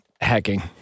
Hacking